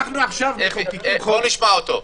אנחנו עכשיו מחוקקים חוק,